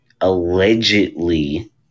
allegedly